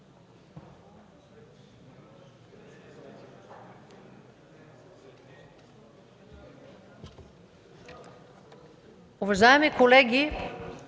Уважаеми колеги,